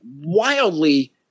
wildly